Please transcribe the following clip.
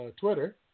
Twitter